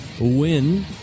win